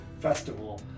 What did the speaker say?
festival